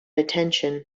attention